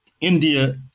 India